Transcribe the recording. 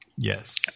Yes